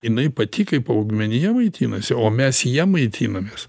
jinai pati kaip augmenija maitinasi o mes ja maitinamės